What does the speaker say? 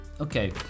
Okay